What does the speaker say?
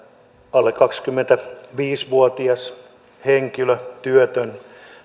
alle kaksikymmentäviisi vuotias työtön